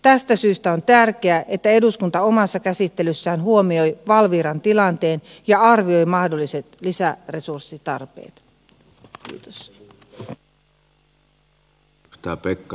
tästä syystä on tärkeää että eduskunta omassa käsittelyssään huomioi valviran tilanteen ja arvioi mahdolliset lisäresurssitarpeet